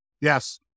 Yes